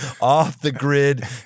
off-the-grid